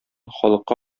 халыкка